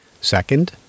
Second